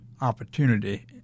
opportunity